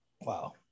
wow